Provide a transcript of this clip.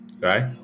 right